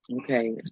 Okay